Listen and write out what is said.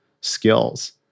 skills